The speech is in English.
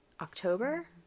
October